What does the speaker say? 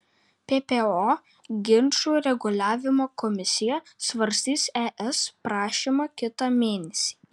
ppo ginčų reguliavimo komisija svarstys es prašymą kitą mėnesį